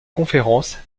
conférence